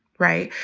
right?